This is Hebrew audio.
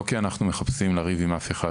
לא מכיוון שאנחנו מחפשים לריב עם אף אחד,